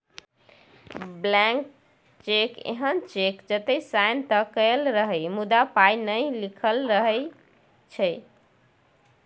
blank cheque एहन cheque जतय sign तए कएल रहय मुदा पाइ नहि लिखल रहै छै